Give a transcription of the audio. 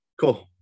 Cool